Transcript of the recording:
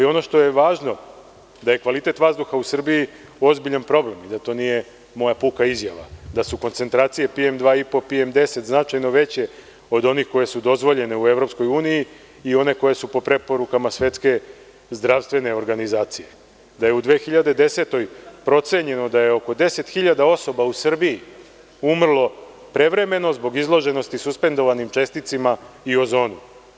Ono što je važno jeste da je kvalitet vazduha u Srbiji ozbiljan problem i da to nije moja puka izjava, da su koncentracije PM2,5 i PM10 značajno veće od onih koje su dozvoljene u EU i one koje su po preporukama Svetske zdravstvene organizacije, da je u 2010. godini procenjeno da je oko 10.000 osoba u Srbiji umrlo prevremeno zbog izloženosti suspendovanim česticama i ozonu.